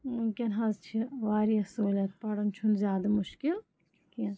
وٕنکٮ۪ن حظ چھِ واریاہ سہوٗلیت پَرُن چھُنہٕ زیادٕ مُشکِل کینٛہہ